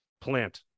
plant